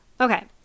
Okay